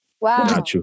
Wow